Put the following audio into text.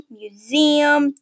museum